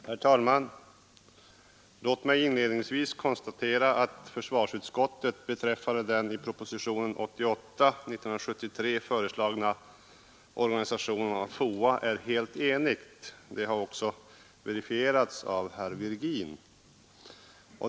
Herr talman! Låt mig inledningsvis konstatera att försvarsutskottet beträffande den i propositionen 88 år 1973 föreslagna organisationen av FOA är helt enigt. Det har också verifierats av herr Virgin.